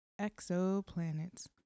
exoplanets